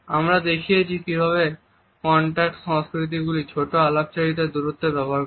আমরা দেখিয়েছি কিভাবে কন্টাক্ট সংস্কৃতিগুলি ছোট আলাপচারিতার দূরত্ব ব্যবহার করে